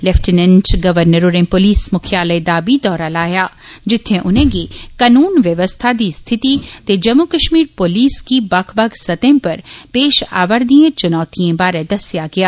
lieutenant governor होरें प्रलस मुक्खालय दा बी दौरा लाया जित्थें उनेंगी कनून बवस्था दी स्थिति ते जम्मू कश्मीर पुलस गी बक्ख बक्ख सतहें पर पेश आवा'दिए चुनौतिए बारे दस्सेआ गेआ